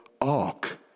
ark